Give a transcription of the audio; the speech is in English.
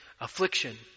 affliction